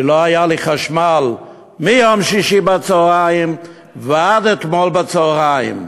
כי לא היה לי חשמל מיום שישי בצהריים ועד אתמול בצהריים.